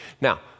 Now